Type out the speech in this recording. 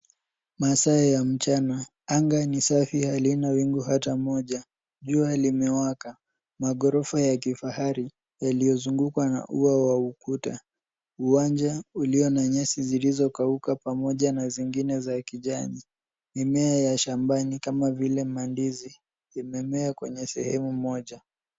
Masaa ya mchana, anga ni safi halina wingu hata moja. Jua limewaka. Maghorofa ya kifahari yaliyozungukwa na ua wa ukuta, uwanja ulio na nyasi zilizokauka pamoja na zingine za kijani. Mimea ya shambani kama vile mandizi imemea kwenye sehemu moja.